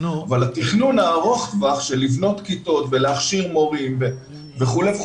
אבל התכנון ארוך הטווח של לבנות כיתות ולהכשיר מורים וכו',